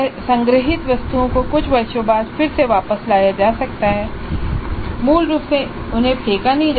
संग्रहीत वस्तुओं को कुछ वर्षों के बाद फिर से वापस लाया जा सकता है मूल रूप से उन्हें फेंका नहीं जाता है